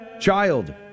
Child